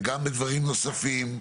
וגם בדברים נוספים.